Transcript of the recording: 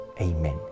Amen